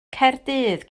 caerdydd